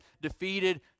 defeated